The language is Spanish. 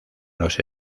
los